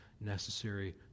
necessary